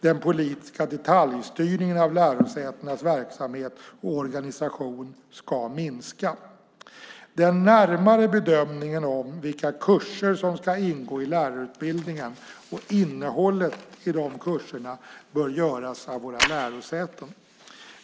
Den politiska detaljstyrningen av lärosätenas verksamhet och organisation ska minska. Den närmare bedömningen av vilka kurser som ska ingå i lärarutbildningen och innehållet i dessa bör göras av våra lärosäten.